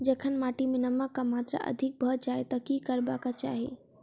जखन माटि मे नमक कऽ मात्रा अधिक भऽ जाय तऽ की करबाक चाहि?